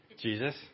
Jesus